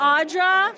Audra